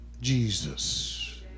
Jesus